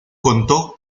contó